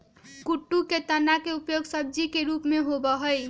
कुट्टू के तना के उपयोग सब्जी के रूप में होबा हई